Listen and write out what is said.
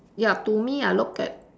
ya to me I look at